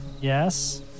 Yes